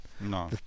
No